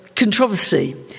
controversy